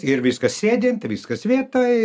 ir viskas sėdint ir viskas vietoj